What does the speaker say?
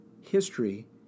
history